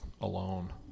alone